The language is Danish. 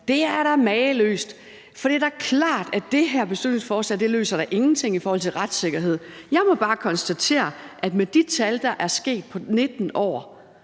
Det er da mageløst, for det er da klart, at det her beslutningsforslag da ingenting løser i forhold til retssikkerhed. Jeg må bare konstatere, at med de ting, der er sket på 19 år,